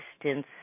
distance